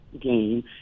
game